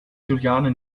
juliane